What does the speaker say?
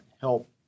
help